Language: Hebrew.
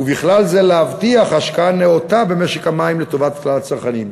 ובכלל זה להבטיח השקעה נאותה במשק המים לטובת כלל הצרכנים.